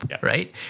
right